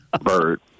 Bird